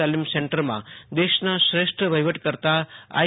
તાલીમ સેન્ટરમાં દેશના શ્રેષ્ઠ વહીવટકર્તા આઈ